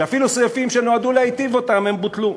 שאפילו סעיפים שנועדו להיטיב אתם בוטלו.